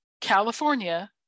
California